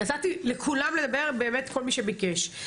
נתתי לכולם לדבר, באמת כל מי שביקש.